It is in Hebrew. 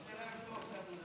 שאין לי את הקול שלו, שתעזור לי